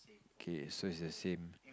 K so its the same